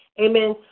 amen